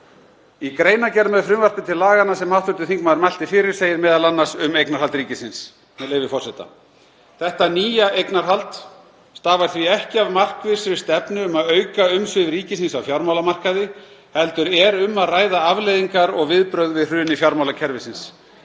Í greinargerð með frumvarpi til laganna sem hv. þingmaður mælti fyrir segir m.a. um eignarhald ríkisins, með leyfi forseta: „Þetta nýja eignarhald stafar því ekki af markvissri stefnu um að auka umsvif ríkisins á fjármálamarkaði heldur er um að ræða afleiðingar og viðbrögð við hruni fjármálakerfisins.